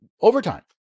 overtime